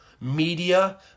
media